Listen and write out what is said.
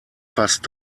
fast